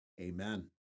Amen